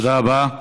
תודה רבה.